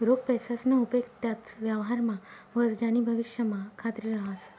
रोख पैसासना उपेग त्याच व्यवहारमा व्हस ज्यानी भविष्यमा खात्री रहास